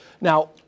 Now